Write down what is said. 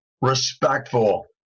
respectful